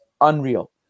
unreal